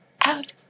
out